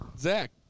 Zach